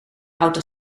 auto